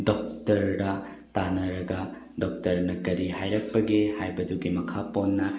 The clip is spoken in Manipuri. ꯗꯣꯛꯇꯔꯗ ꯇꯥꯟꯅꯔꯒ ꯗꯣꯛꯇꯔꯅ ꯀꯔꯤ ꯍꯥꯏꯔꯛꯄꯒꯦ ꯍꯥꯏꯕꯗꯨꯒꯤ ꯃꯈꯥ ꯄꯣꯟꯅ